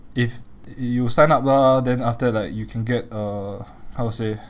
if you sign up lah then after that like you can get like uh how to say